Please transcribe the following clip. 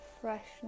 freshness